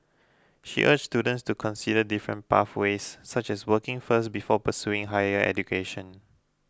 she urged students to consider different pathways such as working first before pursuing higher education